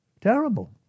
Terrible